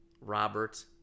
Robert